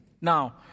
Now